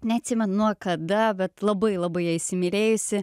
neatsimenu nuo kada bet labai labai ją įsimylėjusi